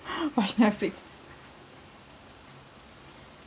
watch Netflix